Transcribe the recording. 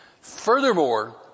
Furthermore